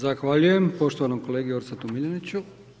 Zahvaljujem poštovanom kolegi Orsatu Miljeniću.